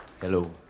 Hello